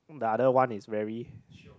the other one is very